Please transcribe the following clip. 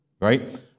right